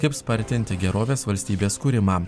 kaip spartinti gerovės valstybės kūrimą